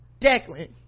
Declan